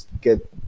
get